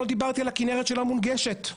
לא דיברתי על הכינרת שלא מונגשת.